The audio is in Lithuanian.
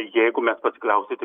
jeigu mes pasikliausit tik